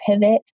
pivot